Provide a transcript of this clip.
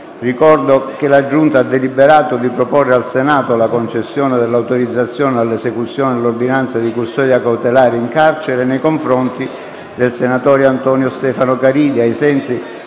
Ricordo che la Giunta ha deliberato di proporre al Senato la concessione dell'autorizzazione all'esecuzione dell'ordinanza di custodia cautelare in carcere nei confronti del senatore Antonio Stefano Caridi, ai sensi